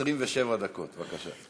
27 דקות, בבקשה.